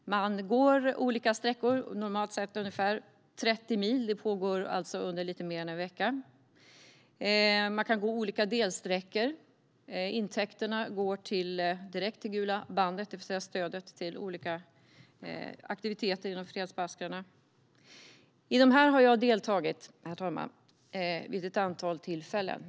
Man går olika sträckor, normalt sett ungefär 30 mil. Marschen pågår under lite mer än en vecka. Man kan gå olika delsträckor. Intäkterna går direkt till Gula Bandet, det vill säga som stöd till olika aktiviteter inom Fredsbaskrarna. I dessa veteranmarscher har jag deltagit, herr ålderspresident, ett antal gånger.